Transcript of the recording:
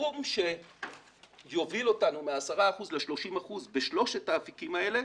הסכום שיוביל אותנו מ-10 אחוזים ל-30 אחוזים בשלושת האפיקים האלה,